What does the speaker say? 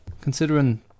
Considering